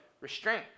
restraint